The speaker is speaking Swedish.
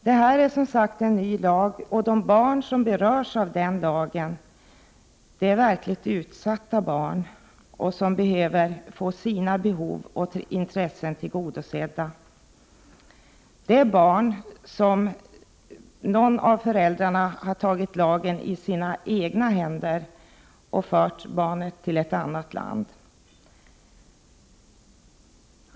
Det här är som sagt en ny lag, och de barn som berörs av den lagen är verkligt utsatta barn, som behöver få sina behov och intressen tillgodosedda. När det gäller dessa barn har någon av föräldrarna tagit lagen i egna händer och fört barnet till ett annat land.